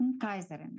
Kaiserin